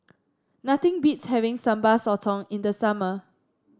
nothing beats having Sambal Sotong in the summer